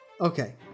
okay